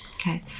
Okay